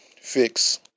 fix